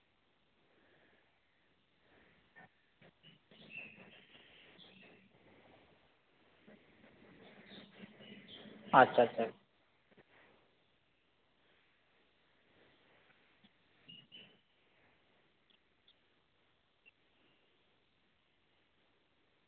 ᱟᱪᱪᱷᱟ ᱪᱷᱟ ᱪᱷᱟ